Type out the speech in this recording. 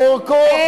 לקחת את זה ממנו.